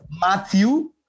Matthew